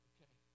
Okay